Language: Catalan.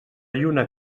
lluna